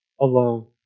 alone